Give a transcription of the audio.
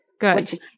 Good